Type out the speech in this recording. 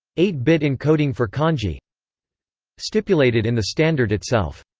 eight bit encoding for kanji stipulated in the standard itself.